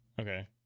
Okay